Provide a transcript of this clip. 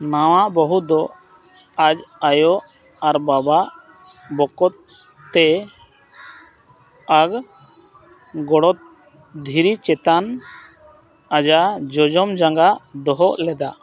ᱱᱟᱣᱟ ᱵᱟᱹᱦᱩ ᱫᱚ ᱟᱡ ᱟᱭᱳ ᱟᱨ ᱵᱟᱵᱟ ᱵᱚᱠᱚᱛ ᱛᱮᱫ ᱟᱨ ᱜᱚᱲᱚ ᱫᱷᱤᱨᱤ ᱪᱮᱛᱟᱱ ᱟᱡᱟᱜ ᱡᱚᱡᱚᱢ ᱡᱟᱸᱜᱟ ᱫᱚᱦᱚ ᱞᱮᱫᱟᱭ